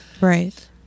right